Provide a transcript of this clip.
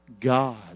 God